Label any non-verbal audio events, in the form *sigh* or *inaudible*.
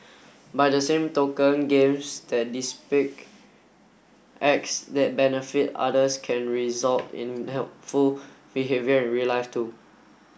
by the same token games that *unintelligible* acts that benefit others can result in helpful behaviour in real life too